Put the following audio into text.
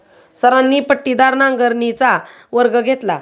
सरांनी पट्टीदार नांगरणीचा वर्ग घेतला